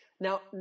Now